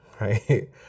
Right